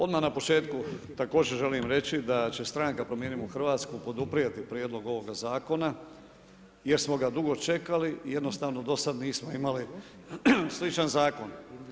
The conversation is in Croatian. Odmah na početku također želim reći da će stranka Promijenimo Hrvatsku poduprijeti prijedlog ovoga zakona jer smo ga dugo čekali i jednostavno nisam imali sličan zakon.